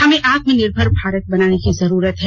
हमें आत्मनिर्भर भारत बनाने की जरूरत है